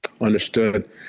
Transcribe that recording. Understood